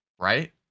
Right